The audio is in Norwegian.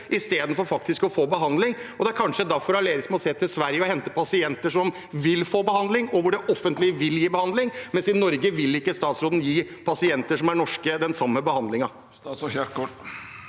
i stedet for å gi behandling. Det er kanskje derfor Aleris må se til Sverige og hente pasienter som vil få behandling der det offentlige vil gi behandling, mens i Norge vil ikke statsråden gi pasienter som er norske, den samme behandlingen.